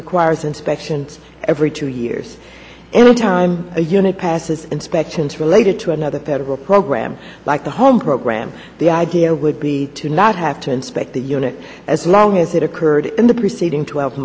requires inspection every two years anytime a unit passes inspections related to another federal program like the home program the idea would be to not have to inspect the unit as long as it occurred in the preceding twelve